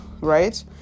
right